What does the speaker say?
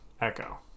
Echo